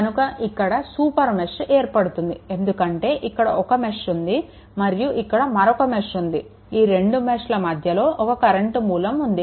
కనుక ఇక్కడ super mesh ఏర్పడుతుంది ఎందుకంటే ఇక్కడ ఒక మెష్ ఉంది మరియు ఇక్కడ మరొక మెష్ ఉంది ఈ రెండు మెష్ల మధ్యలో ఒక కరెంట్ మూలం ఉంది